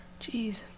Jeez